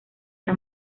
era